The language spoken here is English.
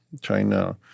China